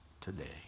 today